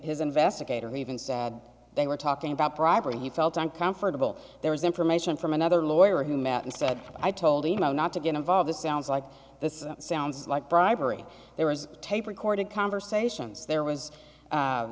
his investigator even said they were talking about bribery he felt uncomfortable there was information from another lawyer who met and said i told you no not to get involved it sounds like this sounds like bribery there was tape recorded conversations there was